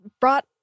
brought